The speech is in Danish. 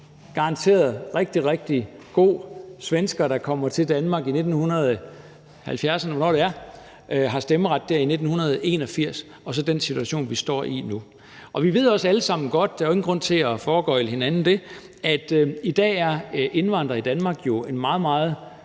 garanteret rigtig, rigtig god svensker, der kommer til Danmark i 1970'erne, eller hvornår det var, og har stemmeret der i 1981, og så den situation, vi står i nu. Vi ved også alle sammen godt – der er jo ingen grund til at foregøgle hinanden noget – at i dag er indvandrere i Danmark jo en meget, meget